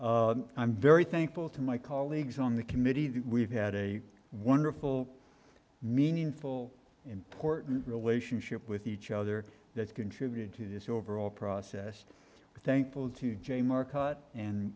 i'm very thankful to my colleagues on the committee that we've had a wonderful meaningful important relationship with each other that contributed to this overall process thankful to jay more cut and